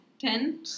Ten